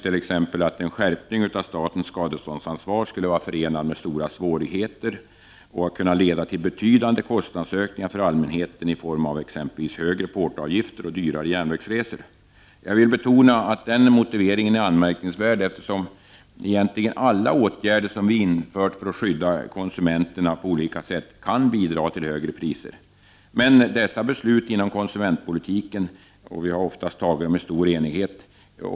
Det sägs exempelvis att en skärpning av statens skadeståndsansvar skulle vara förenad med stora svårigheter och kunna leda till betydande kostnadsökningar för allmänheten i form av högre portoavgifter och dyrare järnvägsresor. Jag vill betona att den motiveringen är anmärkningsvärd, eftersom egentligen alla åtgärder som vidtagits för att på olika sätt skydda konsumenterna kan medföra högre priser. Men dessa beslut inom konsumentpolitiken har vi oftast fattat i stor enighet.